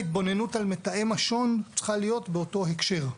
ההתבוננות על מתאם השבויים והנעדרים צריכה להיות באותו הקשר.